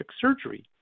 surgery